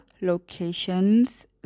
locations